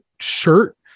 shirt